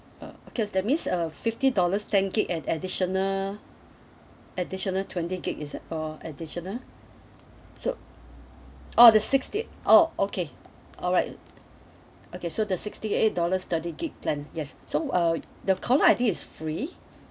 uh okay that means uh fifty dollars ten gig at additional additional twenty gig is it or additional so oh the sixty oh okay alright okay so the sixty eight dollars thirty gig plan yes so uh the caller I_D is free